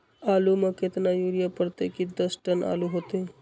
आलु म केतना यूरिया परतई की दस टन आलु होतई?